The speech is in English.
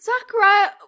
Zachariah